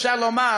אפשר לומר